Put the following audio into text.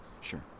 Sure